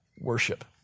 worship